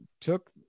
took